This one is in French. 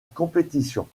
compétition